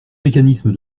mécanisme